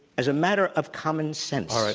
as a matter of common sense. all right.